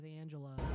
Angela